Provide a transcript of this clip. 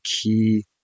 key